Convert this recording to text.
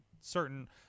certain